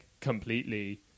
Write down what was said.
completely